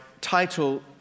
title